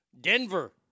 Denver